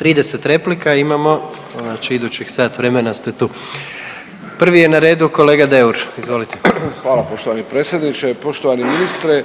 30 replika imamo, znači idućih sat vremena ste tu. Prvi je na redu kolega Deur, izvolite. **Deur, Ante (HDZ)** Hvala poštovani predsjedniče. Poštovani ministre,